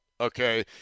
okay